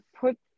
put